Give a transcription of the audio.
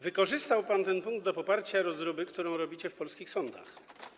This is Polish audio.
Wykorzystał pan ten punkt do poparcia rozróby, którą robicie w polskich sądach.